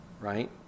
right